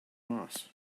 moss